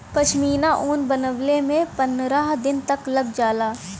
पश्मीना ऊन बनवले में पनरह दिन तक लग जाला